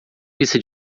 pista